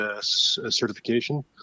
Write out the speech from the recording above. certification